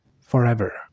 forever